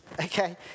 okay